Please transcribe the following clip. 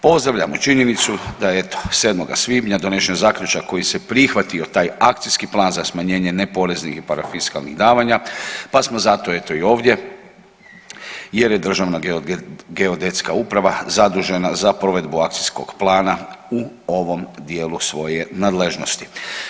Pozdravljamo činjenicu da je eto 7. svibnja donesen zaključak kojim se prihvatio taj akcijski plan za smanjenje neporeznih i fiskalnih davanja, pa smo zato eto i ovdje jer je Državna geodetska uprava zadužena za provedbu akcijskog plana u ovom dijelu svoje nadležnosti.